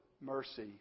mercy